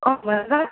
अँ भन त